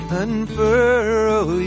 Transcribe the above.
unfurrow